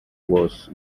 was